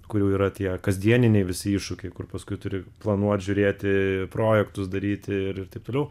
kurių yra tie kasdieniniai visi iššūkiai kur paskui turi planuot žiūrėti projektus daryti ir ir taip toliau